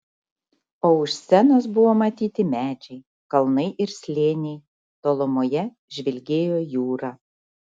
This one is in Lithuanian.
o už scenos buvo matyti medžiai kalnai ir slėniai tolumoje žvilgėjo jūra